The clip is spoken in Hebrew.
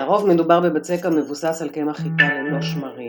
לרוב מדובר בבצק המבוסס על קמח חיטה ללא שמרים,